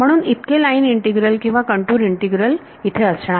म्हणून इतके line integral किंवा कंटूर इंटीग्रल इथे असणार